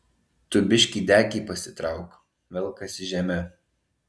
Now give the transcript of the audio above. tu biškį dekį pasitrauk velkasi žeme